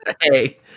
Hey